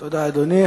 תודה, אדוני.